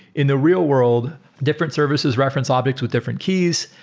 in the real-world, different services reference objects with different keys.